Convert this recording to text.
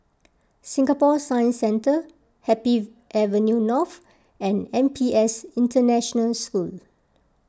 Singapore Science Centre Happy Avenue North and N P S International School